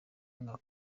mwaka